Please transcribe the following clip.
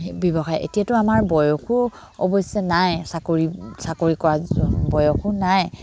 ব্যৱসায় এতিয়াতো আমাৰ বয়সো অৱশ্যে নাই চাকৰি চাকৰি কৰা বয়সো নাই